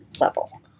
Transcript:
level